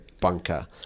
bunker